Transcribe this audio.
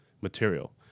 material